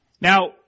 Now